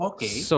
Okay